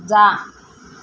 जा